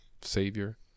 savior